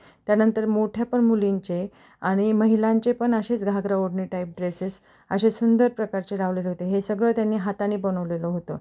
त्यानंतर मोठ्यापण मुलींचे आणि महिलांचे पण असेच घागरा ओढणी टाइप् ड्रेसेस् असे सुंदर प्रकारचे लावलेले होते हे सगळं त्यांनी हाताने बनवलेलं होतं